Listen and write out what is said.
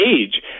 age